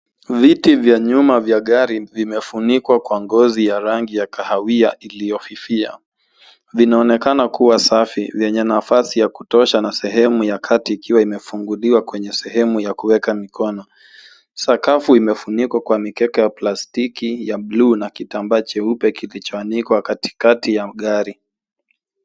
Viti vya nyuma vya gari vimefunikwa kwa ngozi ya rangi ya kahawia iliyofifia. Vinaonekana kuwa safi zenye nafasi ya kutosha na sehemu ya kati ikiwa imefunguliwa kwenye sehemu ya kuweka mikono. Sakafu imefunikwa kwa mikeka ya plastiki ya buluu na kitambaa cheupe kilichoanikwa katikati ya gari.